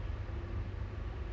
gek poh